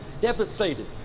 devastated-